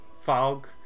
fog